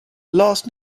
last